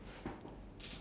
younger people